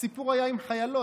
הסיפור היה עם חיילות,